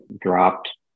dropped